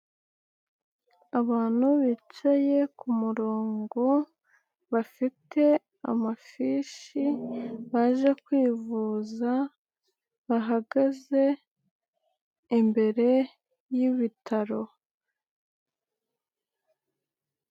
Abantu bicaye ku kumurongo , bafite amafishi baje kwivuza ,bahagaze imbere y'ibitaro.